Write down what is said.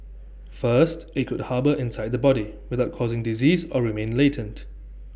first IT could harbour inside the body without causing disease or remain latent